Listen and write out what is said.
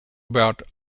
about